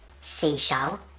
Seashell